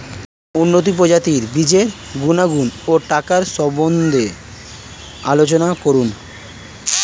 উন্নত প্রজাতির বীজের গুণাগুণ ও টাকার সম্বন্ধে আলোচনা করুন